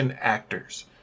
actors